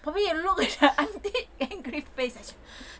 probably I lo~ at the aunty angry face leh